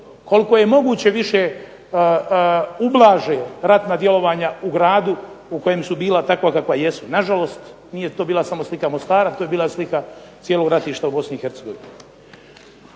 koliko je moguće više ublaže ratna djelovanja u gradu u kojem su bila takva kakva jesu, na žalost nije to bila samo slika Mostara to je bila slika cijelog ratišta u Bosni